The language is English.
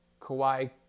Kawhi